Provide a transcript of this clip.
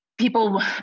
people